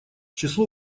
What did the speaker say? числу